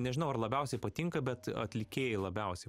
nežinau ar labiausiai patinka bet atlikėjai labiausiai